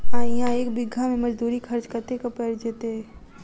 आ इहा एक बीघा मे मजदूरी खर्च कतेक पएर जेतय?